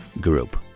group